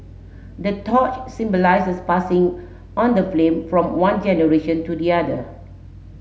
the torch symbolises passing on the flame from one generation to the other